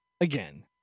Again